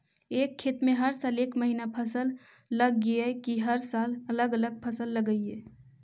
एक खेत में हर साल एक महिना फसल लगगियै कि हर साल अलग अलग फसल लगियै?